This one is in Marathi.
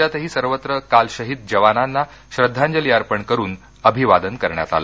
राज्यातही सर्वत्र काल शहीद जवानांना श्रद्धांजली अर्पण करून अभिवादन करण्यात आलं